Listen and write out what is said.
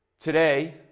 Today